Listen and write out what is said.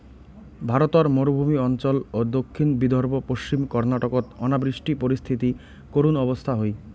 ভারতর মরুভূমি অঞ্চল ও দক্ষিণ বিদর্ভ, পশ্চিম কর্ণাটকত অনাবৃষ্টি পরিস্থিতি করুণ অবস্থা হই